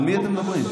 על מי אתם מדברים?